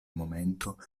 momento